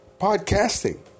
podcasting